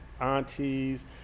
aunties